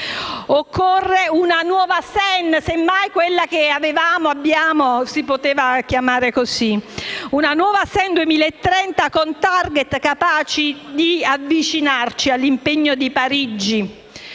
occorre una nuova SEN 2030, con *target* capaci di avvicinarci all'impegno di Parigi: